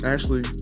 Ashley